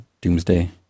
Doomsday